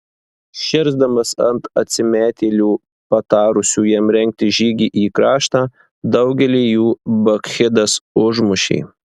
širsdamas ant atsimetėlių patarusių jam rengti žygį į kraštą daugelį jų bakchidas užmušė